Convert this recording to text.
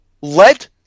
Let –